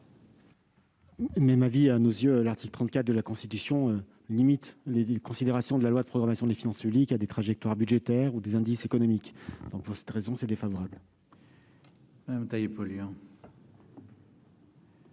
Même avis. À nos yeux, l'article 34 de la Constitution limite les considérations de la loi de programmation des finances publiques à des trajectoires budgétaires et à des indices économiques. Pour cette raison, le Gouvernement